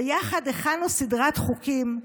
ויחד התחלנו סדרת חוקים.